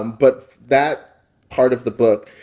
um but that part of the book,